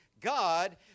God